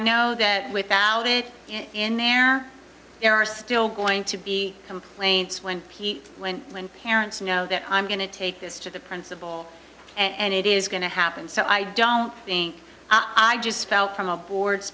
know that without it in there there are still going to be complaints when he when when parents know that i'm going to take this to the principal and it is going to happen so i don't think i just fell from a board